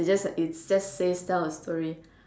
it's just it's says tell a story